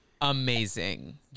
Amazing